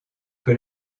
que